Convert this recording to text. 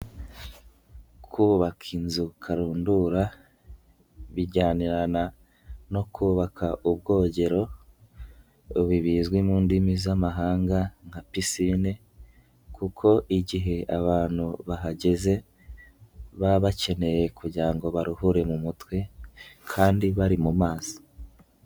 Kubaka inzu karundura bijyanirana no kubaka ubwogero bizwi mu ndimi z'amahanga nka pisine kuko igihe abantu bahageze baba bakeneye kugira ngo baruhure mu mutwe kandi bari mu mazi.